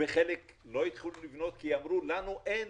וחלק לא התחילו לבנות כי אמרו: לנו אין